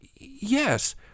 yes